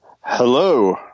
Hello